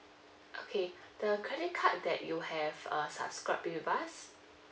okay the credit card that you have uh subscribed with us